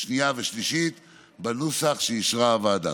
שנייה ושלישית בנוסח שאישרה הוועדה.